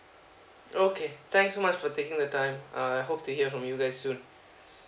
okay thanks so much for taking the time uh I hope to hear from you guys soon